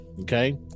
okay